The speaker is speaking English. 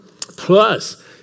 plus